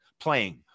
playing